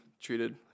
treated